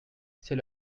c’est